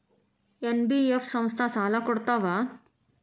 NBF ಸಂಸ್ಥಾ ಸಾಲಾ ಕೊಡ್ತಾವಾ?